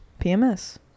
PMS